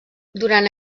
durant